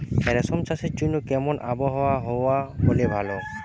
রেশম চাষের জন্য কেমন আবহাওয়া হাওয়া হলে ভালো?